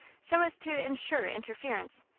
so as to insure interference,